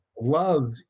Love